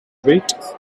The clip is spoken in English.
weight